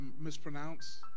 mispronounce